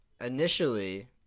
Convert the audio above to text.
initially